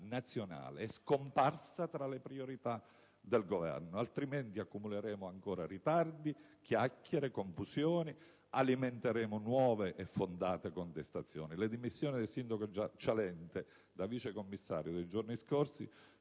nazionale, poiché tra le priorità del Governo è scomparsa, altrimenti accumuleremo ancora ritardi, chiacchiere, confusione. Alimenteremo nuove e fondate contestazioni. Le dimissioni del sindaco Cialente da vice commissario dei giorni scorsi